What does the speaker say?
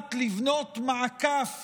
מנת לבנות מעקף